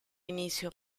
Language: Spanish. inicio